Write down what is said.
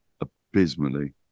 abysmally